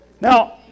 Now